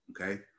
okay